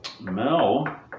Mel